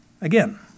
Again